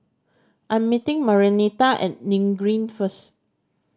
I am meeting Marianita at Nim Green first